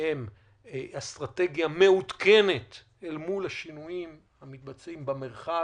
אסטרטגיה מעודכנת אל מול השינויים המתבצעים במרחב,